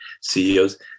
CEOs